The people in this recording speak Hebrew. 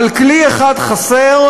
אבל כלי אחד חסר,